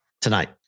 Tonight